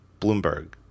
Bloomberg